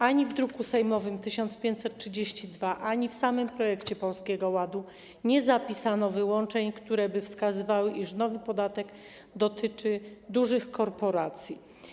Ani w druku sejmowym nr 1532, ani w samym projekcie Polskiego Ładu nie zapisano wyłączeń, które wskazywałyby, iż nowy podatek dotyczy dużych korporacji.